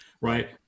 right